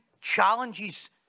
challenges